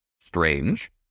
strange